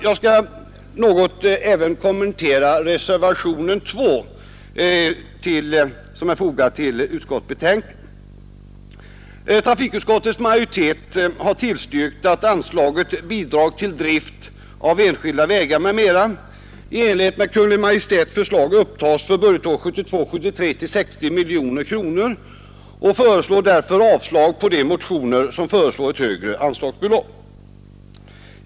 Jag skall även något kommentera reservationen 2. Trafikutskottets majoritet har tillstyrkt att anslaget Bidrag till drift av enskilda vägar m.m. i enlighet med Kungl. Maj:ts förslag för budgetåret 1972/73 upptages till 60 miljoner kronor, och utskottsmajoriteten avstyrker därför de motioner som föreslår ett högre anslagsbelopp.